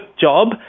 job